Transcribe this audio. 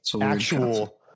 actual